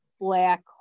black